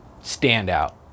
standout